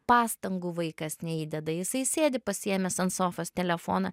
pastangų vaikas neįdeda jisai sėdi pasiėmęs ant sofos telefoną